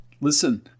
Listen